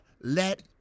let